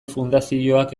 fundazioak